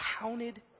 counted